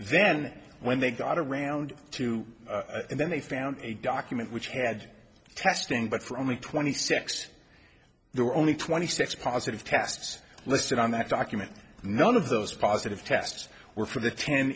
then when they got around to them they found a document which had testing but for only twenty six there were only twenty six positive tests listed on that document none of those positive tests were for the ten